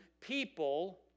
people